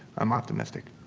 i'm optimistic.